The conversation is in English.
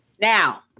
Now